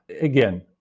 Again